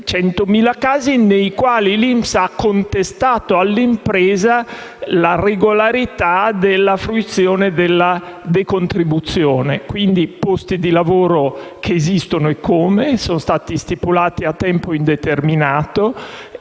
100.000 nei quali l'INPS ha contestato all'impresa la regolarità della fruizione della decontribuzione stessa. Quindi i posti di lavoro esistono eccome e sono basati su contratti a tempo indeterminato,